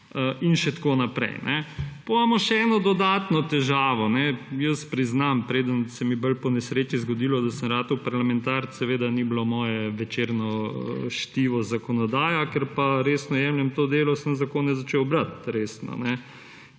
in še tako naprej. Potem imamo še eno dodatno težavo. Priznam, preden se mi bolj po nesreči zgodilo, da sem ratal parlamentarec, seveda ni bilo moje večerno čtivo zakonodaja, ker pa resno jemljem to delo, sem zakone začel brati resno.